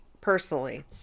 personally